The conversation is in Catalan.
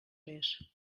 més